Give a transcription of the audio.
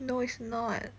no it's not